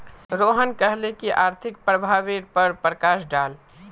रोहन कहले की आर्थिक प्रभावेर पर प्रकाश डाल